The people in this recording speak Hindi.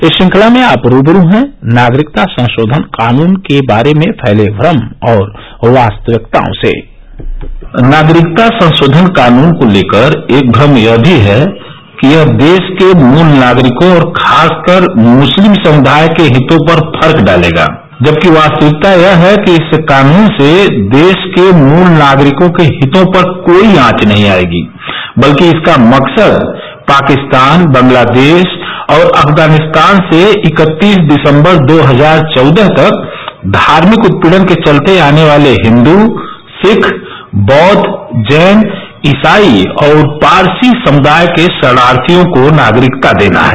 इस श्रृंखला में आप रूबरू हैं नागरिकता संशोधन कानून के बारे में फैले भ्रम और वास्तविकताओं से नागरिकता संशोधन कानुन को लेकर एक भ्रम यह भी है कि यह देश के मुल नागरिकों और खासकर मुस्लिम समुदाय के हितों पर फर्क डालेगा जबकि वास्तविकता यह है कि इस कानून से देश के मूल नागरिकों के हितों पर कोई आंच नहीं आएगी बल्कि इसका मकसद पाकिस्तान बांग्लादेश और अफगानिस्तान से इकत्तीस दिसम्बर दो हजार चौदह तक धार्मिक उत्पीड़न के चलते आने वाले हिन्दू सिख बौद्व जैन ईसाई और पारसी समुदाय के शरणार्थियों को नागरिकता देना है